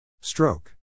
Stroke